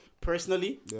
personally